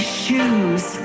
shoes